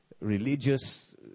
religious